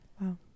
Wow